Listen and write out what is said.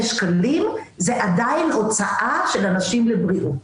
שקלים זה עדיין הוצאה של אנשים לבריאות.